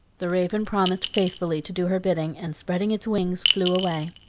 the raven promised faithfully to do her bidding, and, spreading its wings, flew away.